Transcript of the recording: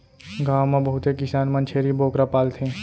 गॉव म बहुते किसान मन छेरी बोकरा पालथें